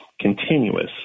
continuous